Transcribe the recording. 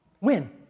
win